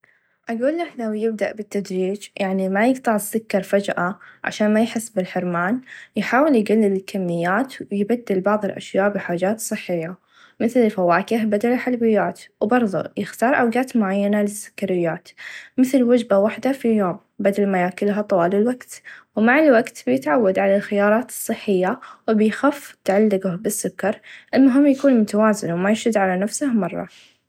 أقله لو يبدأ بالتدريچ يعني ما يقطع السكر فچأه عشان ما يحس بالحرمان يحاول يقلل الكميات و يبدل بعض الأشياء بحاچات صحيه مثل الفواكه بدل الحلويات و برظه يختار أوقات معينه ل للسكريات مثل وچبه واحده في اليوم بدل ما ياكلها طوال الوقت و مع الوقت بيتعود على الخيارات الصحيه و بيخف تعلقه بالسكر المهم يكون متوازن و ما يشد على نفسه مره.